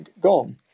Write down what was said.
gone